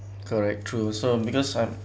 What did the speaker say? correct true so because I'm